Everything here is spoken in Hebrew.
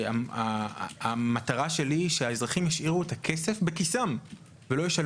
הקריאה שלי לאזרחים היא לאותן אדוות של החוק המקורי.